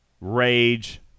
rage